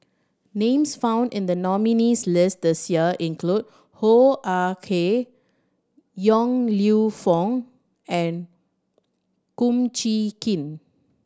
names found in the nominees' list this year include Hoo Ah Kay Yong Lew Foong and Kum Chee Kin